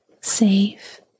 safe